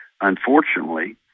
Unfortunately